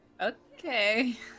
okay